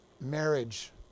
marriage